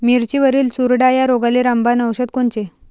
मिरचीवरील चुरडा या रोगाले रामबाण औषध कोनचे?